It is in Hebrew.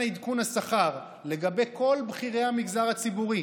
עדכון השכר לגבי כל בכירי המגזר הציבורי.